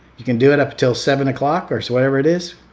you can do it up until seven o'clock or so whatever it is.